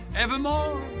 evermore